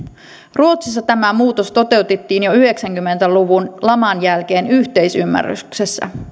ruotsissa tämä muutos toteutettiin jo yhdeksänkymmentä luvun laman jälkeen yhteisymmärryksessä